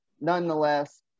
nonetheless